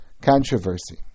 controversy